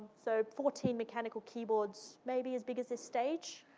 so fourteen mechanical keyboards maybe as big as this stage?